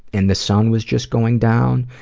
and the sun was just going down,